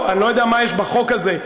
אני לא יודע מה יש בחוק הזה.